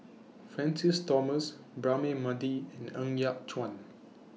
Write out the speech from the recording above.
Francis Thomas Braema Mathi and Ng Yat Chuan